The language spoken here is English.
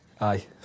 Aye